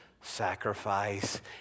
sacrifice